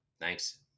Thanks